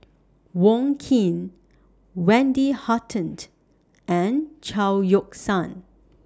Wong Keen Wendy Hutton and Chao Yoke San